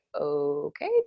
okay